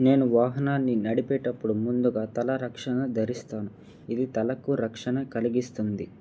నేను వాహనాన్ని నడిపేటప్పుడు ముందుగా తలరక్షణ ధరిస్తాను ఇది తలకు రక్షణ కలిగిస్తుంది